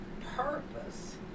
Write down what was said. purpose